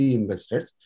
investors